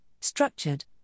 structured